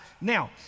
Now